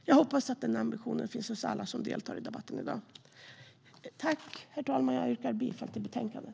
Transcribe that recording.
Jag hoppas att den ambitionen finns hos alla som deltar i debatten i dag. Jag yrkar bifall till utskottets förslag i betänkandet.